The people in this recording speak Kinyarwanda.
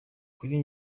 kuri